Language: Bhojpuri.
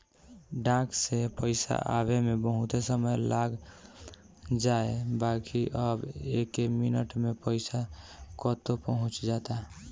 डाक से पईसा आवे में बहुते समय लाग जाए बाकि अब एके मिनट में पईसा कतो पहुंच जाता